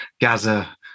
Gaza